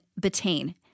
betaine